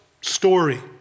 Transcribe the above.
story